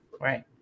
Right